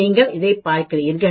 நீங்கள் இதைப் பார்க்கிறீர்கள்